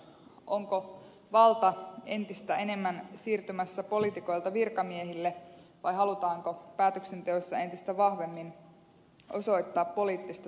onko valta entistä enemmän siirtymässä poliitikoilta virkamiehille vai halutaanko päätöksenteoissa entistä vahvemmin osoittaa poliittista tahtoa